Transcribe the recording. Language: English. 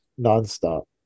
nonstop